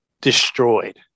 destroyed